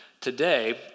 today